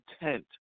intent